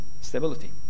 stability